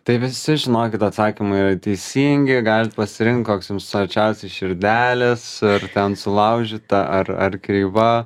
tai visi žinokit atsakymai yra teisingi galit pasirinkt koks jums arčiausiai širdelės ar ten sulaužyta ar ar kreiva